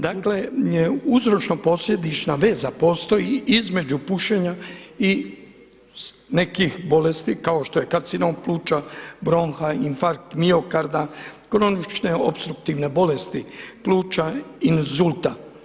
Dakle, uzročno posljedična veza postoji između pušenja i nekih bolesti kao što je karcinom pluća, bronha, infarkt miokarda, kronične opstruktivne bolesti pluća inzulta.